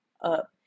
up